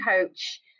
coach